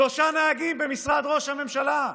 שלושה נהגים במשרד ראש הממשלה,